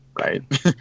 right